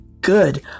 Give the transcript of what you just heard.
good